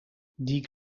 die